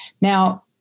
Now